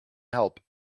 help